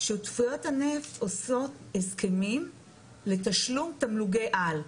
שותפויות הנפט עושות הסכמים לתשלום תמלוגי על,